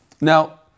now